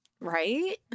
Right